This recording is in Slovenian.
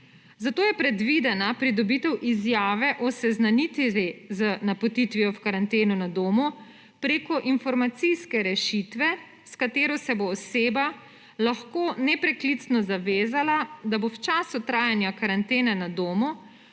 Zato je predvidena pridobitev izjave o seznanitvi z napotitvijo v karanteno na domu preko informacijske rešitve, s katero se bo oseba lahko nepreklicno zavezala, da bo v času trajanja karantene na domu